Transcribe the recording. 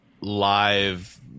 live